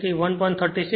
તેથી 1